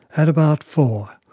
at about four,